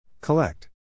Collect